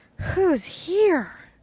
who's here?